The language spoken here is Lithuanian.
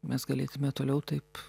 mes galėtume toliau taip